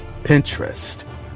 Pinterest